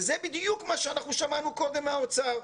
וזה בדיוק מה שאנחנו שמענו קודם מהאוצר.